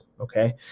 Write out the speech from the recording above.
okay